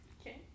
Okay